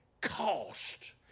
cost